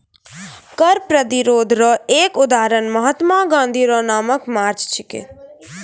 कर प्रतिरोध रो एक उदहारण महात्मा गाँधी रो नामक मार्च छिकै